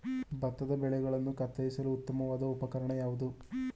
ಭತ್ತದ ಬೆಳೆಗಳನ್ನು ಕತ್ತರಿಸಲು ಉತ್ತಮವಾದ ಉಪಕರಣ ಯಾವುದು?